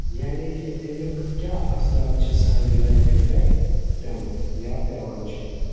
یعنے کہِ امیُک کیاہ اَثرات چھِ سانہِ لایپھِ پیٹھ پیٚمٕتۍ یا پیٚوان چھِ